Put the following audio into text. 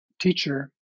teacher